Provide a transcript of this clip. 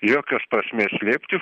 jokios prasmės slėpti